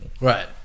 Right